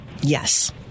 yes